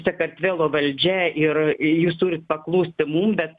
sakartvelo valdžia ir jūs turit paklusti mum bet